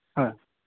হয়